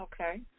Okay